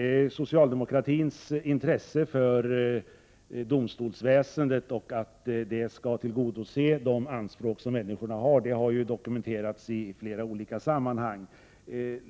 Socialdemokratins intresse för domstolsväsendet och dess uppgift att tillgodose människors anspråk har dokumenterats i flera olika sammanhang.